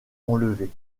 enlevée